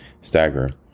stagger